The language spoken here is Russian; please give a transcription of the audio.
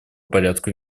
порядку